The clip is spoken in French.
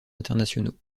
internationaux